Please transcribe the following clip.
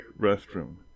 restroom